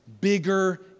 Bigger